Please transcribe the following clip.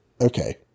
okay